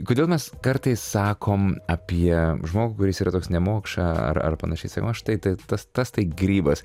kodėl mes kartais sakom apie žmogų kuris yra toks nemokša ar ar panašiai sakom štai tai ta tas tai grybas